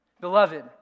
Beloved